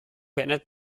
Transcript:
beendet